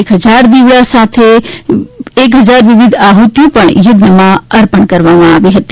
એક હજાર દીવા સાથે એક હજાર વિવિધ આફૂતીઓ પણ યજ્ઞમાં અર્પણ કરવામાં આવી હતી